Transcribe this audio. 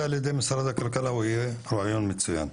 על ידי משרד הכלכלה הוא יהיה רעיון מצוין.